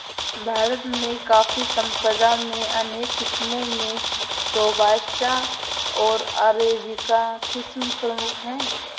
भारत में कॉफ़ी संपदा में अनेक किस्मो में रोबस्टा ओर अरेबिका किस्म प्रमुख है